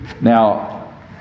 Now